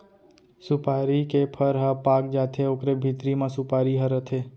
सुपारी के फर ह पाक जाथे ओकरे भीतरी म सुपारी ह रथे